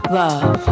love